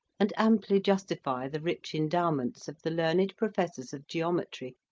and amply justify the rich endowments of the learned professors of geometry,